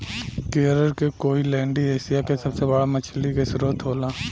केरल के कोईलैण्डी एशिया के सबसे बड़ा मछली के स्त्रोत होला